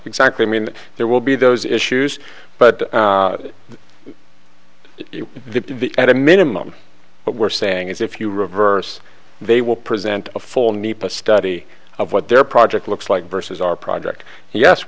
exactly i mean there will be those issues but it the at a minimum what we're saying is if you reverse they will present a full nepa study of what their project looks like versus our project yes